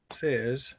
says